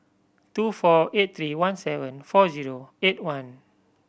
two four eight three one seven four zero eight one